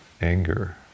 anger